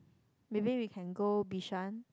maybe we can go Bishan